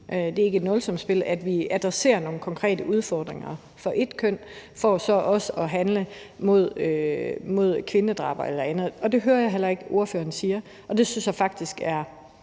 Det er ikke et nulsumsspil, at vi adresserer nogle konkrete udfordringer for ét køn for så også at handle mod kvindedrab eller andet. Det hører jeg heller ikke ordføreren sige, og det synes jeg faktisk er